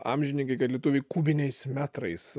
amžininkai kad lietuviai kubiniais metrais